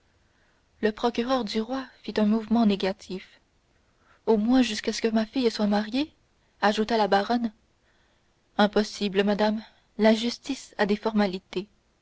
le procureur du roi fit un mouvement négatif au moins jusqu'à ce que ma fille soit mariée ajouta la baronne impossible madame la justice a des formalités